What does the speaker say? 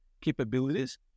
capabilities